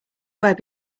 web